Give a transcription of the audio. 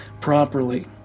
properly